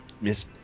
Miss